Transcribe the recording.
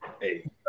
hey